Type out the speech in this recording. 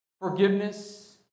forgiveness